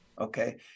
Okay